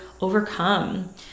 overcome